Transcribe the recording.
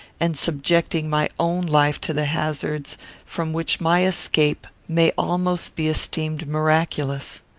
and subjecting my own life to the hazards from which my escape may almost be esteemed miraculous.